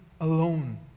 alone